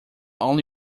only